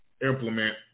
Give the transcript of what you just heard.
implement